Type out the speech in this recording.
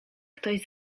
ktoś